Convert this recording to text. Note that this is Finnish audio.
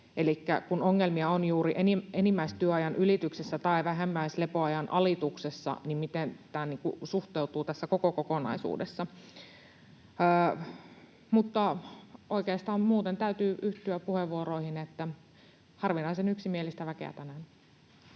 kun ongelmia on juuri enimmäistyöajan ylityksessä tai vähimmäislepoajan alituksessa, niin miten tämä suhteutuu tässä koko kokonaisuudessa? Mutta oikeastaan muuten täytyy yhtyä puheenvuoroihin — harvinaisen yksimielistä väkeä tänään.